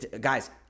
Guys